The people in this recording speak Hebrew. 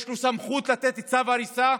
יש לו סמכות לתת צו הריסה,